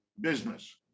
business